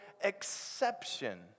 exception